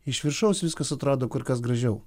iš viršaus viskas atrodo kur kas gražiau